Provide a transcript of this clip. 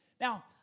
Now